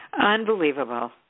Unbelievable